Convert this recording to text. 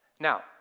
Now